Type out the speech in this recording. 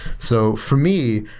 so for me,